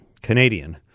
canadian